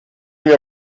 wir